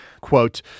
quote